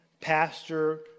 pastor